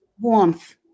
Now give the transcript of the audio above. warmth